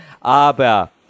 aber